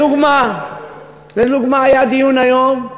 מה שקורה בים-המלח היום.